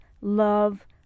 love